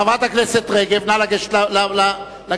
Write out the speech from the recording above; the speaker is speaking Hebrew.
חברת הכנסת רגב, נא לגשת לרמקול.